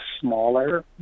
smaller